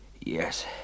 Yes